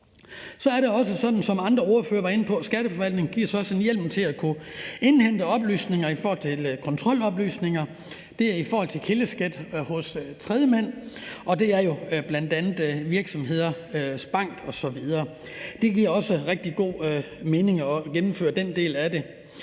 Skatteforvaltningen så også giver en hjemmel til at kunne indhente oplysninger i forhold til kontrol. Det gælder i forhold til kildeskat hos tredjemand, og det er jo bl.a. en virksomheds bank osv. Det giver også rigtig god mening at gennemføre den del af det.